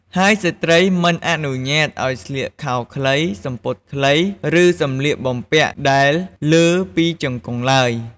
ហើយស្រ្តីមិនអនុញ្ញាតឲ្យស្លៀកខោខ្លី សំពត់ខ្លី ឬសម្លៀកបំពាក់ដែលលើពីជង្គង់ឡើយ។